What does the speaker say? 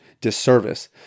disservice